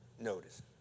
Notice